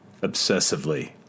obsessively